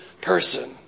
person